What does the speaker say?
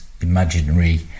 imaginary